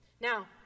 Now